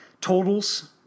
Totals